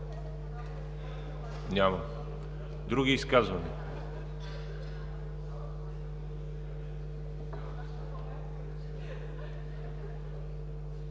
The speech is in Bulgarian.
Няма. Други изказвания?